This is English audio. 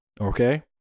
okay